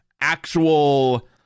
actual